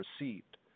received